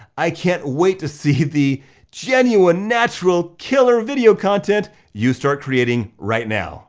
i can't wait to see the genuine natural killer video content you start creating right now.